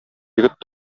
егет